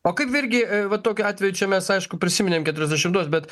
o kaip virgi va tokiu atveju čia mes aišku prisiminėm keturiasdešimuosius bet